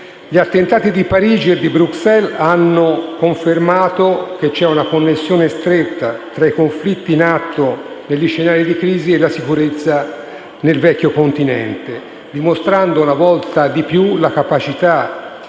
Gli attentati di Parigi e Bruxelles hanno confermato la connessione stretta tra i conflitti in atto negli scenari di crisi e la sicurezza all'interno del Vecchio continente, dimostrando una volta di più la capacità